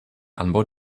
anbau